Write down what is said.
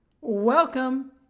Welcome